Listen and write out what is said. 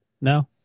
No